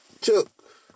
took